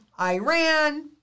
Iran